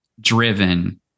driven